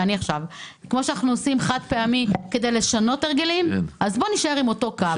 כמו שאנחנו עושים חד-פעמי כדי לשנות הרגלים בואו נישאר עם אותו קו.